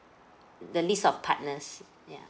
the list of partners yeah